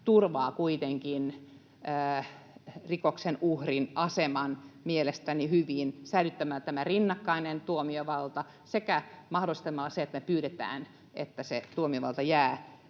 turvaa kuitenkin rikoksen uhrin aseman mielestäni hyvin säilyttämällä tämän rinnakkaisen tuomiovallan sekä mahdollistamalla sen, että pyydetään, että se tuomiovalta jää